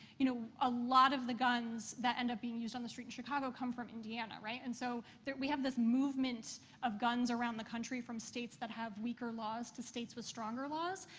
you know, a lot of the guns that end up being used on the street in chicago come from indiana, right? and so there we have this movement of guns around the country from states that have weaker laws to states with stronger laws.